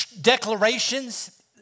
declarations